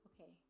Okay